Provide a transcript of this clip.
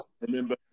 remember